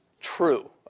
True